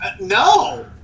No